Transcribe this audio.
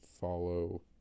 follow